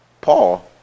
Paul